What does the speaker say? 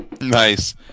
Nice